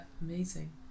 amazing